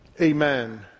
amen